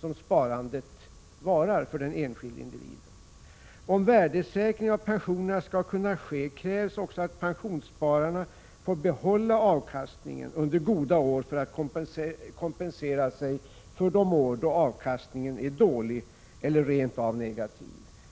som sparandet varar för den enskilda individen. Om värdesäkring av pensionerna skall kunna ske, krävs också att pensionsspararna får behålla avkastningen under goda år för att kompensera sig de år då avkastningen är dålig eller rent av negativ.